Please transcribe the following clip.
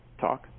talk